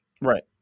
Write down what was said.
Right